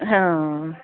हां